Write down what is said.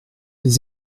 les